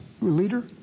leader